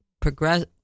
Progress